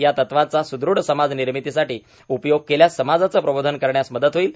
या तत्वांचा सदृढ समाज निर्मितीसाठी उपयोग केल्यास समाजाचे प्रबोधन करण्यास मदत होईल